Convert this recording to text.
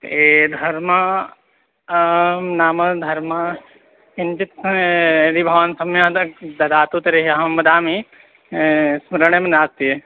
ये धर्मः नाम धर्मः किञ्चत् समयं यदि भवान् सम्यक् दक् दा ददाति तर्हि अहं वदामि स्मरणं नास्ति